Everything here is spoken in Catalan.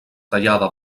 tallada